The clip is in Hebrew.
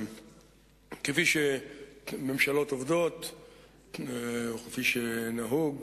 כפי שממשלות עובדות וכפי שנהוג,